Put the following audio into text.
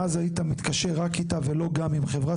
ואז היית מתקשר רק איתה ולא גם עם חברת